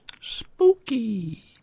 Spooky